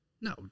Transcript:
No